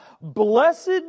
Blessed